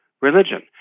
religion